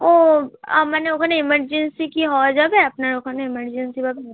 ও মানে ওখানে এমারজেন্সি কি হওয়া যাবে আপনার ওখানে এমারজেন্সি